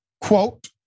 Quote